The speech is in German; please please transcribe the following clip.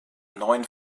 neun